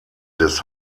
des